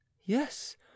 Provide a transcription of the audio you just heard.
Yes